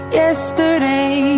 yesterday